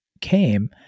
came